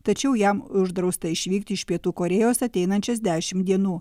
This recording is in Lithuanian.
tačiau jam uždrausta išvykti iš pietų korėjos ateinančias dešim dienų